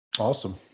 awesome